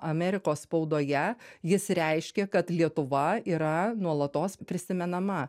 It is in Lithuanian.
amerikos spaudoje jis reiškia kad lietuva yra nuolatos prisimenama